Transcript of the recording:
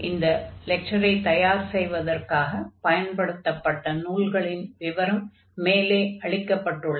இந்த லெக்சரை தயார் செய்வதற்காகப் பயன்படுத்தப்பட்ட நூல்களின் விவரம் மேலே அளிக்கப்பட்டுள்ளது